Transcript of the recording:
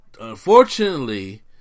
unfortunately